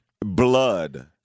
Blood